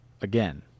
again